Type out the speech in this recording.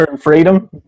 Freedom